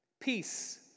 Peace